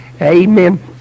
amen